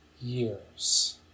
years